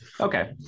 Okay